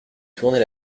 tourner